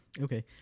Okay